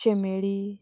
शेमेळी